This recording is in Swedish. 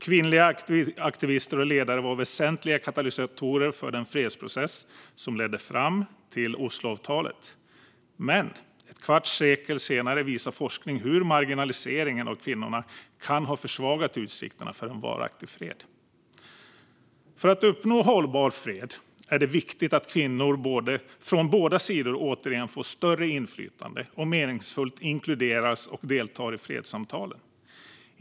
Kvinnliga aktivister och ledare var väsentliga katalysatorer för den fredsprocess som ledde fram till Osloavtalet. Men ett kvarts sekel senare visar forskning hur marginaliseringen av kvinnorna kan ha försvagat utsikterna för en varaktig fred. För att uppnå hållbar fred är det viktigt att kvinnor från båda sidor återigen får större inflytande och meningsfullt inkluderas och deltar i fredssamtalen.